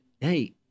hey